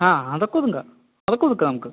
ആ അതൊക്കെ ഒതുക്കാം അത് ഒതുക്കാ നമ്മക്ക്